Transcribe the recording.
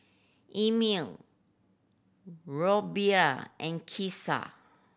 Emmie Robley and Keesha